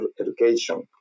education